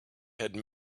had